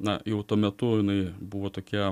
na jau tuo metu jinai buvo tokia